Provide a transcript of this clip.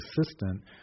assistant